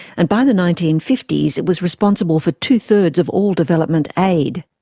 and by the nineteen fifty s it was responsible for two-thirds of all development aid.